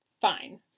fine